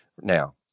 now